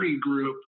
group